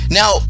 now